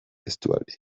estualdia